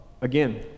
again